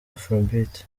afrobeat